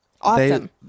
Awesome